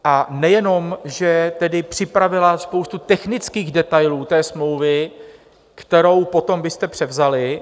A nejenom že tedy připravila spoustu technických detailů té smlouvy, kterou potom vy jste převzali.